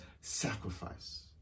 sacrifice